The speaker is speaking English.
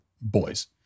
boys